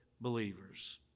believers